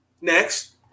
Next